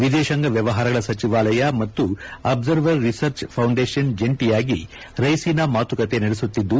ವಿದೇತಾಂಗ ವ್ಯವಹಾರಗಳ ಸಚಿವಾಲಯ ಮತ್ತು ಅಬ್ಲರ್ವರ್ ರೀಸರ್ಚ್ ಫೌಂಡೇಷನ್ ಜಂಟಯಾಗಿ ರೈಸಿನಾ ಮಾತುಕತೆ ನಡೆಸುತ್ತಿದ್ದು